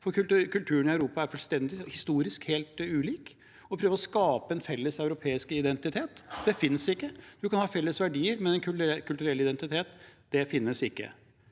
for kulturen i Europa er historisk helt ulik. Å prøve å skape en felles europeisk identitet – den finnes ikke. Man kan ha felles verdier, men en kulturell identitet finnes ikke.